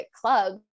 clubs